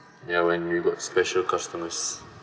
ya when we got special customers